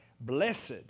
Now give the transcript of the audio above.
Blessed